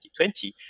2020